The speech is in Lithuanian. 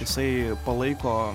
jisai palaiko